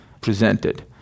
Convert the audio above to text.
presented